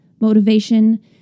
motivation